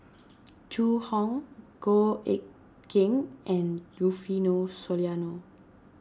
Zhu Hong Goh Eck Kheng and Rufino Soliano